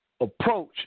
approach